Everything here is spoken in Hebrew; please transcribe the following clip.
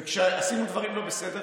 וכשעשינו דברים לא בסדר,